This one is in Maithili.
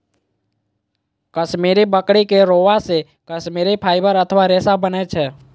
कश्मीरी बकरी के रोआं से कश्मीरी फाइबर अथवा रेशा बनै छै